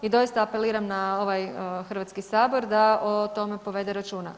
I doista apeliram na ovaj Hrvatski sabor da o tome povede računa.